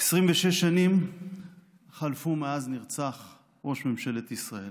26 שנים חלפו מאז נרצח ראש ממשלת ישראל.